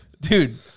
Dude